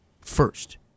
first